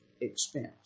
expense